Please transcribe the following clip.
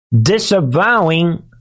disavowing